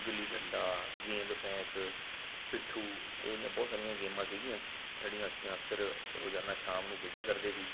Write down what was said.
ਗੁੱਲੀ ਡੰਡਾ ਗੇਂਦ ਫੈਂਕ ਪਿੱਠੂ ਇਹੋ ਜਿਹੀਆਂ ਬਹੁਤ ਸਾਰੀਆਂ ਗੇਮਾਂ ਸੀਗੀਆਂ ਜਿਹੜੀਆਂ ਅਸੀਂ ਅਕਸਰ ਰੋਜਾਨਾ ਸ਼ਾਮ ਨੂੰ ਖੇਡਿਆ ਕਰਦੇ ਸੀ